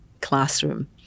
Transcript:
classroom